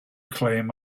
claim